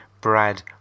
Brad